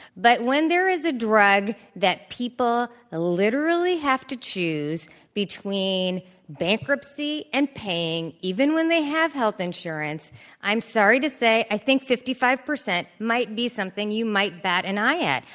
but when there is a drug that people ah literally have to choose between bankruptcy and paying even when they have health insurance i'm sorry to say, i think fifty five percent might be something you might bat an eye at.